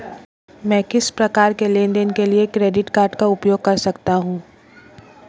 मैं किस प्रकार के लेनदेन के लिए क्रेडिट कार्ड का उपयोग कर सकता हूं?